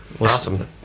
awesome